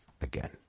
again